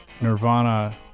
Nirvana